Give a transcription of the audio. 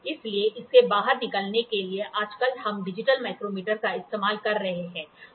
इसलिए इससे बाहर निकलने के लिए आजकल हम डिजिटल माइक्रोमीटर का इस्तेमाल कर रहे हैं